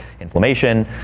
inflammation